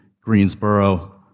Greensboro